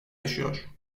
yaşıyor